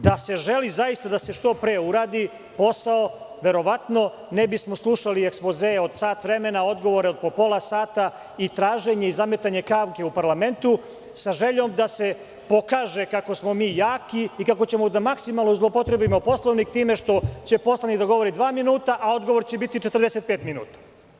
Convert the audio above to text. Da se želi zaista da se što pre uradi posao, verovatno ne bismo slušali ekspozee od sat vremena, odgovore od po pola sata i traženje i zametanje kavge u parlamentu, sa željom da se pokaže kako smo mi jaki i kako ćemo maksimalno da zloupotrebimo Poslovnik time što će poslanik da govori dva minuta, a odgovor će biti 45 minuta.